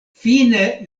fine